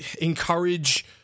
encourage